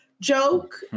joke